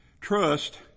trust